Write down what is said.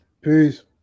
peace